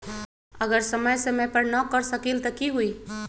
अगर समय समय पर न कर सकील त कि हुई?